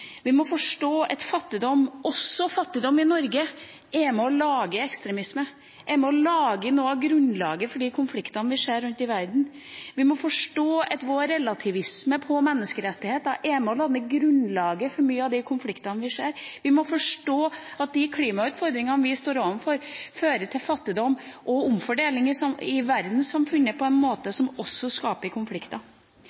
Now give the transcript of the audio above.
Vi må forstå at fattigdom – også fattigdom i Norge – er med og lage ektremisme, er med og legge noe av grunnlaget for de konfliktene vi ser rundt i verden. Vi må forstå at vår relativisme på menneskerettigheter er med på å danne grunnlaget for mange av de konfliktene vi ser. Vi må forstå at de klimautfordringene vi står overfor, fører til fattigdom og omfordeling i verdenssamfunnet på en måte